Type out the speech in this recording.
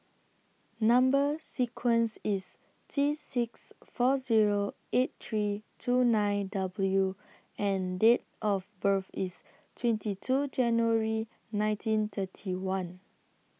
Number sequence IS T six four Zero eight three two nine W and Date of birth IS twenty two January nineteen thirty one